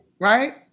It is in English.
right